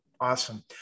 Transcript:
awesome